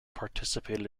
participated